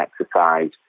exercise